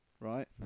right